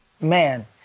man